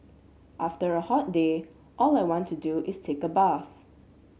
after a hot day all I want to do is take a bath